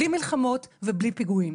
בלי מלחמות ובלי פיגועים.